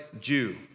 Jew